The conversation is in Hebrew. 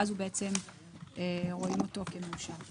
ואז רואים אותו כמאושר.